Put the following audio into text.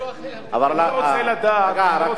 אוציא הודעה מיוחדת,